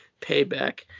payback